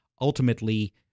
ultimately